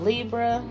Libra